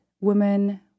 women